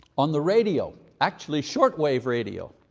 on the radio, actually, shortwave radio.